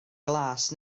glas